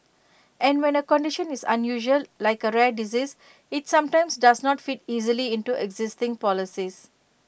and when A condition is unusual like A rare disease IT sometimes does not fit easily into existing policies